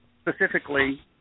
specifically